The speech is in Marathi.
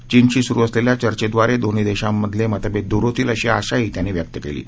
चीनशी स्रू असलेल्या चर्चेदवारे दोन्ही देशांमधील मतभेद दूर होतील अशी आशाही त्यांनी व्यक्त केली आहे